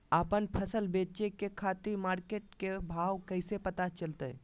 आपन फसल बेचे के खातिर मार्केट के भाव कैसे पता चलतय?